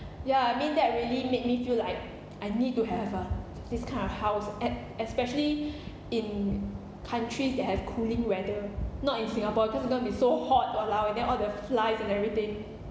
ya I mean that really made me feel like I need to have a this kind of house e~ especially in countries that have cooling weather not in singapore because it's going to be so hot !walao! and then all the flies and everything